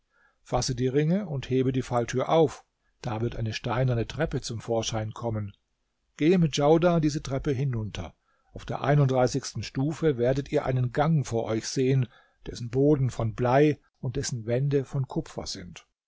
fasse die ringe und hebe die falltür auf da wird eine steinerne treppe zum vorschein kommen gehe mit djaudar diese treppe hinunter auf der einunddreißigsten stufe werdet ihr einen gang vor euch sehen dessen boden von blei und dessen wände von kupfer sind